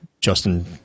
Justin